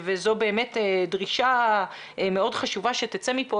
זו באמת דרישה מאוד חשובה שתצא מפה